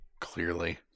Clearly